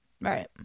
Right